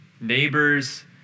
neighbors